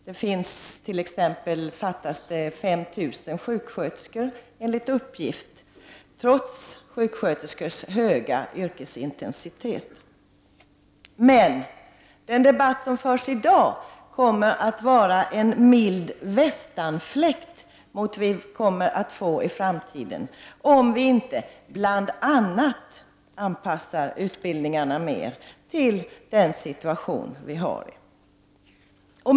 Det saknas t.ex. enligt uppgift 5 000 sjuksköterskor, och detta trots sjuksköterskors höga yrkesintensitet. Den debatt som förs i dag kommer emellertid att framstå som en mild västanfläkt i jämförelse med den debatt vi kommer att få i framtiden, om vi inte bl.a. anpassar utbildningarna mer till den situation som råder.